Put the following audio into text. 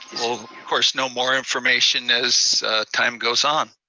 of course, know more information as time goes on.